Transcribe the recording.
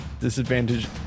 Disadvantage